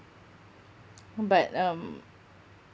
but um